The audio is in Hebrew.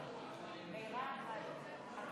מה הוא רואה היום שהוא לא ראה פעם?